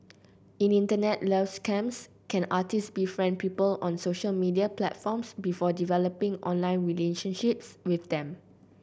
in Internet love scams con artists befriend people on social media platforms before developing online relationships with them